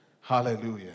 hallelujah